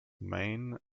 main